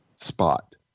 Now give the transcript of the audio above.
spot